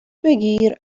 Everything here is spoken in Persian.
بگیر